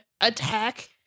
attack